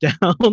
down